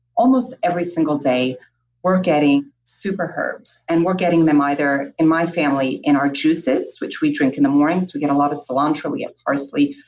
almost every single day we're getting super herbs and we're getting them either in my family, in our juices, which we drink in the mornings we get a lot of cilantro, we get parsley,